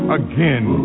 again